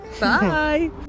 bye